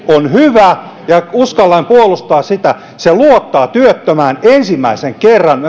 on hyvä ja uskallan puolustaa sitä se luottaa työttömään ensimmäisen kerran